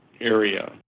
area